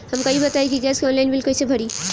हमका ई बताई कि गैस के ऑनलाइन बिल कइसे भरी?